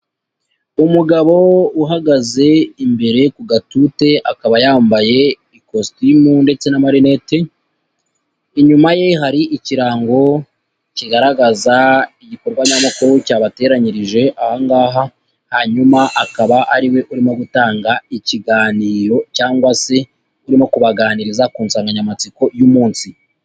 Umugabo uhagaze imbere ku gatute akaba yambaye ikositimu ndetse na marinete, inyuma ye hari ikirango kigaragaza igikorwa nyamukuru cyabateranyirije aha ngaha, hanyuma akaba ari we urimo gutanga ikiganiro cyangwa se urimo kubaganiriza ku nsanganyamatsiko y'umunsi.